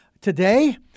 today